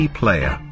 player